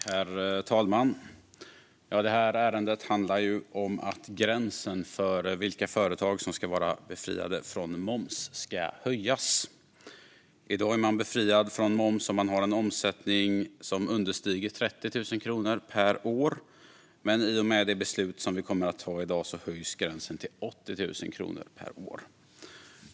Herr talman! Det här ärendet handlar om att gränsen för vilka företag som ska vara befriade från moms ska höjas. I dag är man befriad från moms om man har en omsättning som understiger 30 000 kronor per år, men i och med det beslut som vi kommer att ta i dag höjs gränsen till 80 000 kronor per år.